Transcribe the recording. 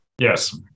yes